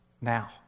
Now